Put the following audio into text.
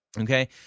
Okay